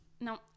No